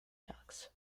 ducts